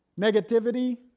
negativity